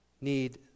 need